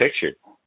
picture